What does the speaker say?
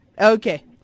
Okay